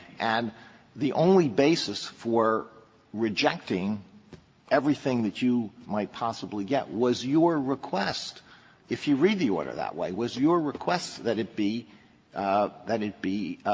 and the only basis for rejecting everything that you might possibly get was your request if you read the order that way, was your request that it be that it be